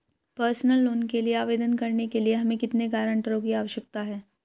Personal loan के लिए आवेदन करने के लिए हमें कितने गारंटरों की आवश्यकता है?